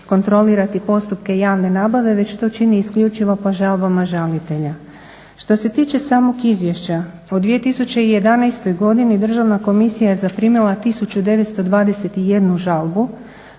kontrolirati postupke javne nabave već to čini isključivo po žalbama žalitelja. Što se tiče samog izvješća u 2011. godini Državna komisija je zaprimila 1921 žalbu